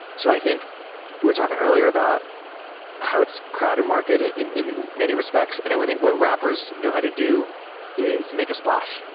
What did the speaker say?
so i think we're talking earlier about how it's crowded market and in in many respects, and i think what rappers know how to do is make a splash.